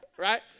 Right